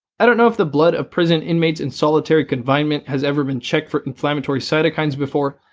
i don't know if the blood of prison inmates in solitary confinement has ever been checked for inflammatory cytokines before,